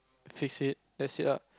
fix it that's it ah